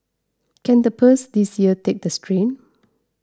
can the purse this year take the strain